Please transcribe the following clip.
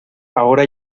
ahora